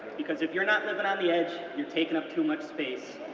because if you're not living on the edge, you're taking up too much space.